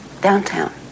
downtown